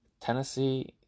Tennessee